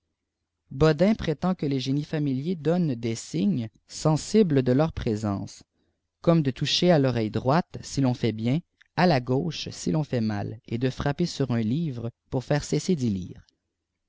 bodin prétend que les génies familiers donnent des sign s de leur présence comme de toucher à toreille droite si ton fait bien à la gauche si ton fait mal et de frapper sur un livre pour faire cesser